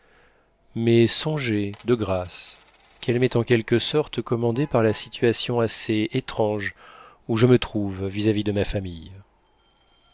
mais songez de grâce qu'elle m'est en quelque sorte commandée par la situation assez étrange où je me trouve vis-à-vis de ma famille